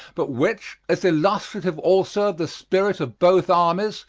but which, as illustrative also of the spirit of both armies,